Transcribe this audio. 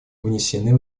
внесены